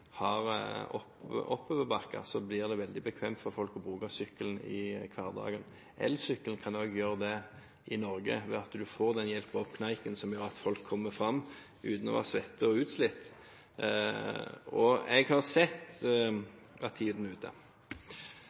har oppoverbakker – gjør at det blir veldig bekvemt for folk å bruke sykkelen i hverdagen. Elsykkelen kan også bidra til det i Norge ved at en får den hjelpen opp kneika som gjør at folk kommer fram uten å være svette og utslitte. Og jeg har sett – at tiden er ute.